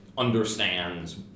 Understands